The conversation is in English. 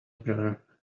brother